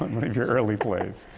your early plays.